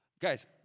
Guys